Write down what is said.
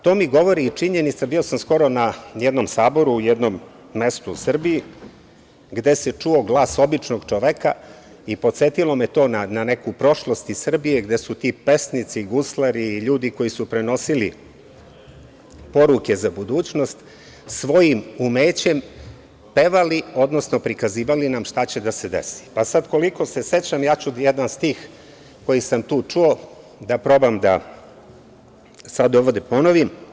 To mi govori i činjenica, bio sam skoro na jednom saboru, u jednom mesu u Srbiji, gde se čuo glas običnog čoveka i podsetilo me to na neku prošlost iz Srbije, gde su ti pesnici i guslari i ljudi koji su prenosili poruke za budućnost svojim umećem pevali, odnosno prikazivali nam šta će da se desi, pa sad, koliko se sećam, ja ću jedan stih koji sam tu čuo da probam da sad ovde ponovim.